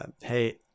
hey